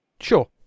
Sure